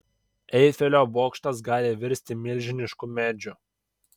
eifelio bokštas gali virsti milžinišku medžiu